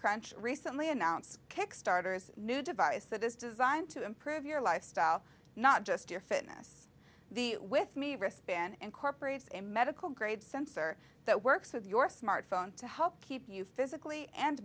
crunch recently announced kickstarter is a new device that is designed to improve your lifestyle not just your fitness the with me wristband incorporates a medical grade sensor that works with your smartphone to help keep you physically and